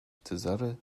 cezary